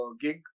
gig